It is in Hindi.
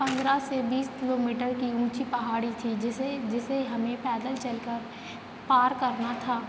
पंद्रह से बीस किलोमीटर की ऊँची पहाड़ी थी जिसे जिसे हमें पैदल चल कर पार करना था